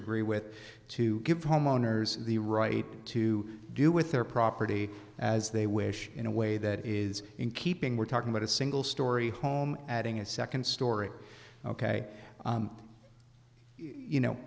agree with to give homeowners the right to do with their property as they wish in a way that is in keeping we're talking about a single storey home adding a second story ok you know